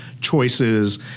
choices